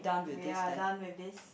we are done with this